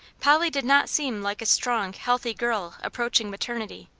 polly did not seem like a strong, healthy girl approaching maternity.